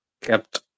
kept